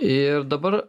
ir dabar